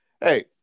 hey